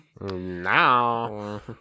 Now